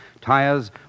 tires